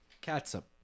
Catsup